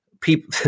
people